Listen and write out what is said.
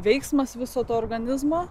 veiksmas viso to organizmą